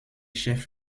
chef